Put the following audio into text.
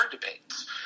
debates